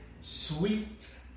sweet